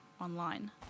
online